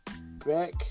Back